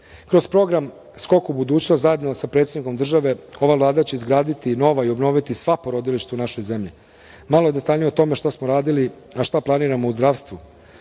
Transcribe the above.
Kroz program „Skok u budućnost“ zajedno sa predsednikom države ova Vlada će izgraditi nova i obnoviti sva porodilišta u našoj zemlji. Malo detaljnije o tome šta smo radili, a šta planiramo u zdravstvu.